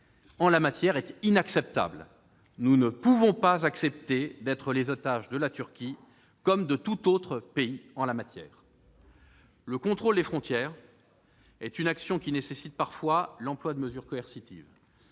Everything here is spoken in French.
en la matière est inacceptable. Nous ne pouvons tolérer d'être les otages de la Turquie, comme de tout autre pays. Le contrôle des frontières est une action qui nécessite parfois l'emploi de mesures coercitives.